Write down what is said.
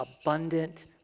abundant